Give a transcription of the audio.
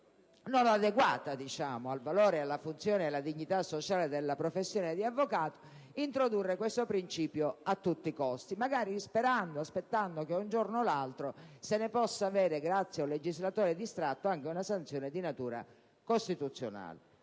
inadeguato al valore, alla funzione e alla dignità sociale della professione di avvocato introdurre questo principio a tutti i costi, magari sperando che un giorno o l'altro se ne possa avere, grazie ad un legislatore distratto, anche una versione di natura costituzionale.